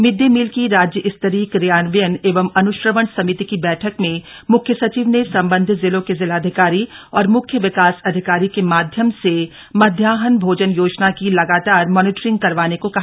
mid day meal की राज्य स्तरीय क्रियान्वयन एवं अन्श्रवण समिति की बैठक में म्ख्य सचिव ने सम्बन्धित जिलों के जिलाधिकारी और मुख्य विकास अधिकारी के माध्यम से मध्याहन भोजन योजना की लगातार मॉनिटरिंग करवाने को कहा